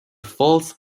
false